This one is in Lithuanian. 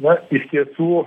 na iš tiesų